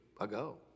ago